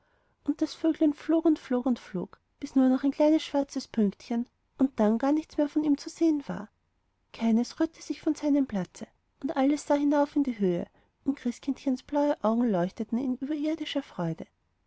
und das vöglein flog flog flog bis nur noch ein schwarzes pünktchen und dann gar nichts mehr von ihm zu sehen war keines rührte sich von seinem platze und alles sah hinauf in die höhe und christkindchens blaue augen leuchteten in überirdischer freude